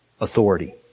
authority